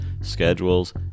schedules